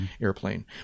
airplane